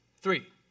Three